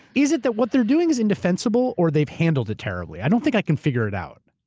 is it that what they're doing is indefensible or they've handled it terribly, i don't think i can figure it out.